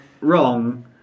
wrong